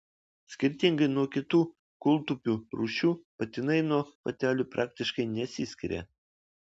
skirtingai nuo kitų kūltupių rūšių patinai nuo patelių praktiškai nesiskiria